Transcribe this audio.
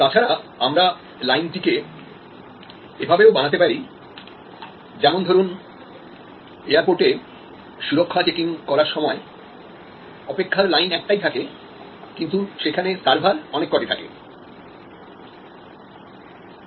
তাছাড়া আমরা লাইনটিকে এভাবেও বানাতে পারি যেমন ধরুন এয়ারপোর্টে সুরক্ষা চেকিং করার সময় অপেক্ষার লাইনটা একটাই থাকে কিন্তু সেখানে সার্ভার অনেক কয়টি থাকে